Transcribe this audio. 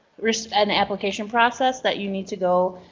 an application process that you need to go.